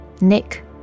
Nick